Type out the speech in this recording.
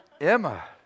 Emma